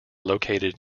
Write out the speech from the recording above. located